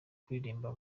kuririmba